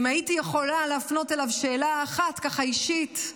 אם הייתי יכולה להפנות אליו שאלה אישית אחת,